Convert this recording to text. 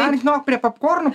man žinok prie popkornų